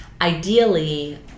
Ideally